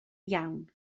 iawn